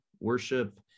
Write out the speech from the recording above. worship